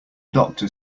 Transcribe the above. doctor